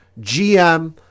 GM